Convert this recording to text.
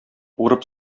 урып